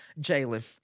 Jalen